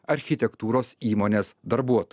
architektūros įmonės darbuot